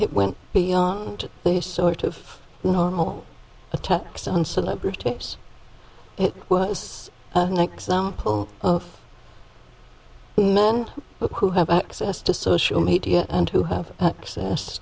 it went beyond just sort of normal attacks on celebrity it was an example of the men who have access to social media and who have access